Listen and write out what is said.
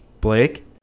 Blake